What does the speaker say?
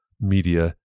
media